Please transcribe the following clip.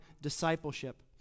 discipleship